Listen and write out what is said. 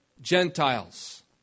Gentiles